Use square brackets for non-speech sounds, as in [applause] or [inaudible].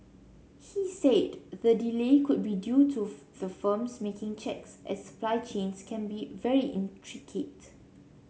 he said the delay could be due to [unintelligible] the firms making checks as supply chains can be very intricate